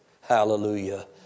Hallelujah